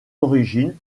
origine